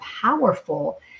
powerful